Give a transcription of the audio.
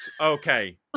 Okay